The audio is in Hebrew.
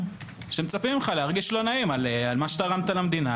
שמצפים ממך להרגיש לא נעים על מה שתרמת למדינה,